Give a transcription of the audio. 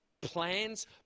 plans